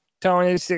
Tony